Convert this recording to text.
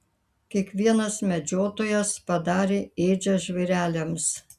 kiekvienas medžiotojas padarė ėdžias žvėreliams